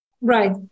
Right